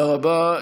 תודה רבה.